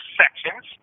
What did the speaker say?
sections